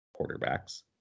quarterbacks